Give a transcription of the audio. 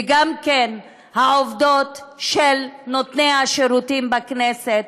וגם כן העובדות של נותני השירותים בכנסת.